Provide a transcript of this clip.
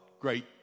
great